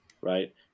Right